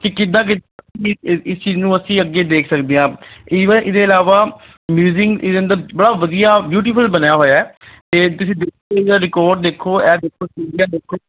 ਕਿ ਕਿੱਦਾਂ ਕਿੱਦਾਂ ਵੀ ਇਸ ਚੀਜ਼ ਨੂੰ ਅਸੀਂ ਅੱਗੇ ਦੇਖ ਸਕਦੇ ਹਾਂ ਈਵਨ ਇਹਦੇ ਇਲਾਵਾ ਮਿਊਜਿੰਗ ਇਹਦੇ ਅੰਦਰ ਬੜਾ ਵਧੀਆ ਬਿਊਟੀਫੁਲ ਬਣਿਆ ਹੋਇਆ ਅਤੇ ਤੁਸੀਂ ਦੇਖੋ ਇਹਦਾ ਰਿਕੋਰਡ ਦੇਖੋ ਇਹ ਦੇਖੋ ਸੀਨਰੀਆਂ ਦੇਖੋ